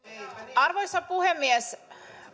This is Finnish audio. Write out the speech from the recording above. arvoisa puhemies